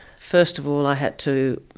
first of all i had to